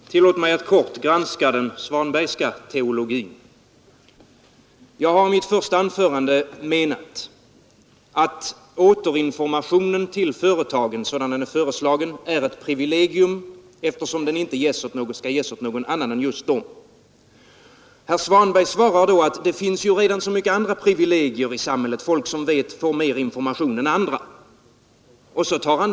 Herr talman! Tillåt mig att helt kort granska den Svanbergska teologin. Torsdagen den § É H . 14 december 1972 någon annan än just företagen. Herr Svanberg svarar då att det finns så många andra privilegier i samhället — folk som får mer information än Jag sade i mitt första anförande att återinformationen till företagen, sådan den är föreslagen, är ett privilegium, eftersom den inte skall ges åt Styrelserepresentaandra.